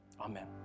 Amen